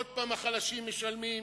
עוד פעם החלשים משלמים?